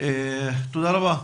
תודה רבה,